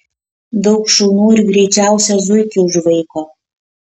daug šunų ir greičiausią zuikį užvaiko